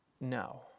No